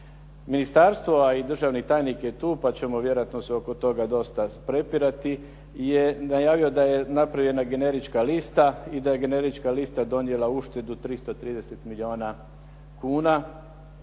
Ministarstvo, a i državni tajnik je tu pa ćemo se vjerojatno oko toga dosta prepirati, je najavio da je napravljena generička lista i da je generička lista donijela uštedu 330 milijuna kuna.